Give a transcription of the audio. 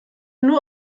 nur